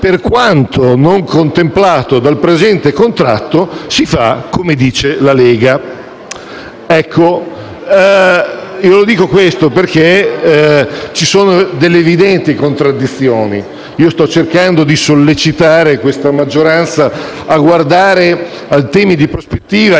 per quanto non contemplato dal presente contratto si fa come dice la Lega. Dico questo perché ci sono delle evidenti contraddizioni. Io sto cercando di sollecitare questa maggioranza a guardare a temi di prospettiva, di visione,